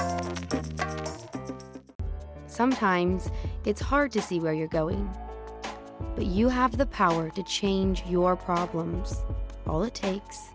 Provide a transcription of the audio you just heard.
are sometimes it's hard to see where you're going but you have the power to change your problems all it takes